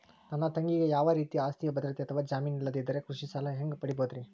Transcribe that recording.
ನನ್ನ ತಂಗಿಗೆ ಯಾವ ರೇತಿಯ ಆಸ್ತಿಯ ಭದ್ರತೆ ಅಥವಾ ಜಾಮೇನ್ ಇಲ್ಲದಿದ್ದರ ಕೃಷಿ ಸಾಲಾ ಹ್ಯಾಂಗ್ ಪಡಿಬಹುದ್ರಿ?